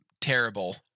terrible